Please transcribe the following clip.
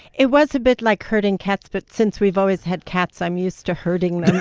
it was a bit like herding cats, but since we've always had cats, i'm used to herding